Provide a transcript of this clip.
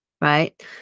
right